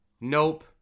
Nope